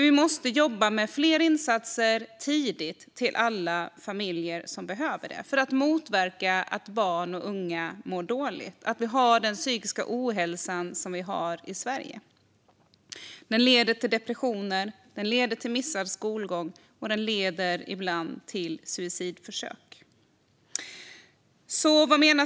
Vi måste jobba med fler insatser tidigt till alla familjer som behöver det för att motverka att barn och unga mår dåligt på grund av psykisk ohälsa. Det leder till depressioner, missad skolgång och ibland till suicidförsök.